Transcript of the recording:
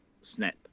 snap